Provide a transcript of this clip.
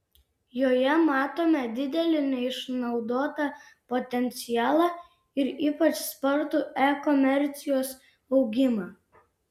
joje matome didelį neišnaudotą potencialą ir ypač spartų e komercijos augimą